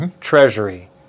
treasury